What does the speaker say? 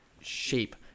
shape